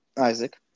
Isaac